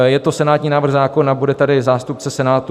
Je to senátní návrh zákona, bude tady zástupce Senátu.